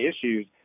issues